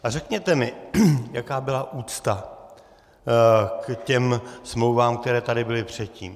A řekněte mi, jaká byla úcta k těm smlouvám, které tady byly předtím.